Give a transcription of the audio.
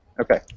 okay